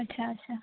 ᱟᱪᱪᱷᱟ ᱟᱪᱪᱷᱟ